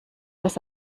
das